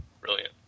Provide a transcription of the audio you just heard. Brilliant